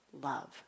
love